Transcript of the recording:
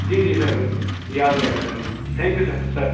جی جی سر یاد رہے گا سر مجھے تھینک یو سر سر